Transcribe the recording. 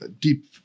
deep